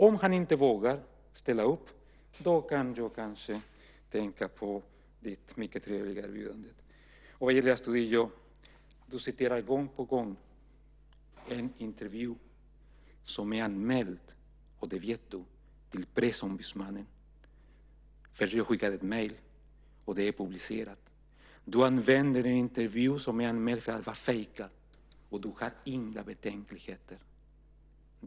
Om han inte vågar ställa upp så kan jag kanske tänka på ditt mycket trevliga erbjudande. Astudillo! Du citerar gång på gång en intervju som är anmäld till Pressombudsmannen, och det vet du. Det har skickats ett mejl, och det är publicerat. Du använder en intervju som är anmäld för att vara fejkad, och du har inga betänkligheter.